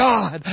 God